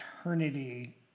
eternity